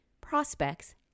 prospects